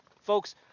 Folks